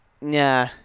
Nah